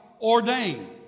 ordained